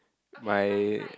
my